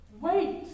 wait